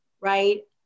right